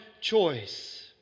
choice